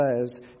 says